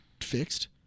fixed